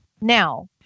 Now